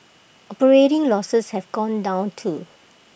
operating losses have gone down too